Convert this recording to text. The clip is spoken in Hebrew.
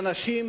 אנשים